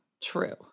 True